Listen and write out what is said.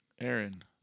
Aaron